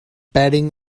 betting